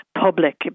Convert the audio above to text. public